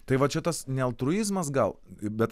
tai va čia tas ne altruizmas gal bet